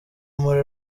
muri